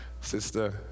Sister